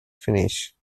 finish